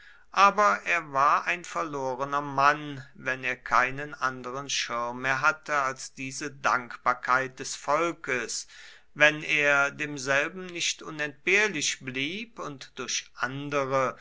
aber er war ein verlorener mann wenn er keinen anderen schirm mehr hatte als diese dankbarkeit des volkes wenn er demselben nicht unentbehrlich blieb und durch andere